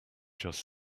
just